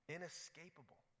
Inescapable